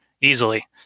easily